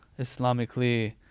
Islamically